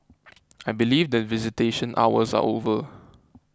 I believe that visitation hours are over